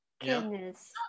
goodness